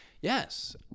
Yes